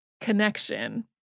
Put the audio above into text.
connection